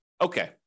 okay